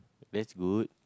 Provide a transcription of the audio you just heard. that's good